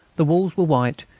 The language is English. the walls were white,